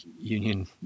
union